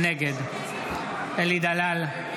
נגד אלי דלל,